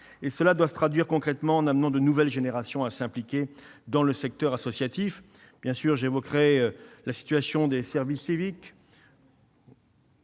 Et cela doit se traduire concrètement, en amenant les nouvelles générations à s'impliquer dans le secteur associatif. J'évoquerai la situation du service civique.